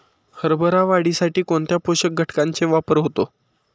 हरभरा वाढीसाठी कोणत्या पोषक घटकांचे वापर होतो?